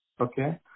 Okay